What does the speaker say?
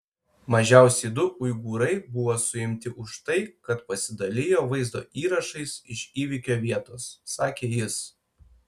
mažiausiai du uigūrai buvo suimti už tai kad pasidalijo vaizdo įrašais iš įvykio vietos sakė jis